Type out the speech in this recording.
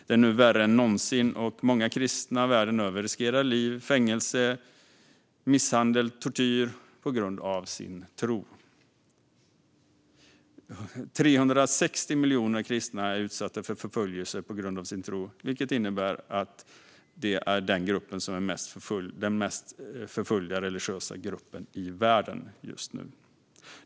Den är nu värre än någonsin, och många kristna världen över riskerar liv, fängelse, misshandel och tortyr på grund av sin tro. 360 miljoner kristna är utsatta för förföljelse på grund av sin tro, vilket innebär att kristna är den största förföljda religiösa gruppen i världen.